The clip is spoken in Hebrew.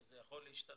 זה יכול להשתנות,